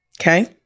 okay